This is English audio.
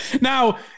Now